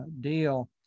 deal